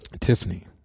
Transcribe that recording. Tiffany